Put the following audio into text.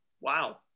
Wow